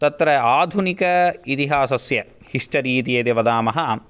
तत्र आधुनिक इतिहासस्य हिस्टरी इति यद्वदामः